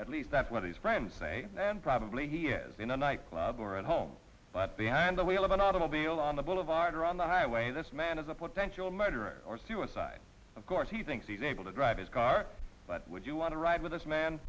at least that's what his friends say and probably he is in a nightclub or at home but the and the wheel of an automobile on the boulevard or on the highway this man is a potential murderer suicide of course he thinks he's able to drive his car but would you want to ride with this man